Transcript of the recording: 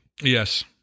Yes